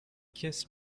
kiss